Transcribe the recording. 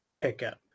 pickup